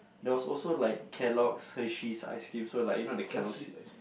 there was also like Kellogg's Hershey's icecream so like you know the Kellogg's